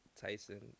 Tyson